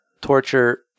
torture